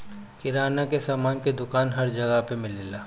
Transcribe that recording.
किराना के सामान के दुकान हर जगह पे मिलेला